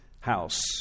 house